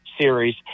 series